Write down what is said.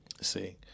See